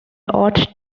ought